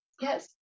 Yes